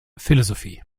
philosophie